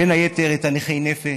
בין היתר את נכי הנפש,